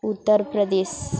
Uttar Pradesh